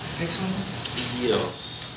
Yes